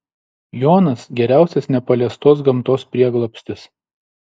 jonas geriausias nepaliestos gamtos prieglobstis